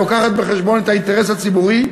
שלוקחת בחשבון את האינטרס הציבורי,